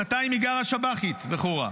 שנתיים היא גרה כשב"חית בחורה,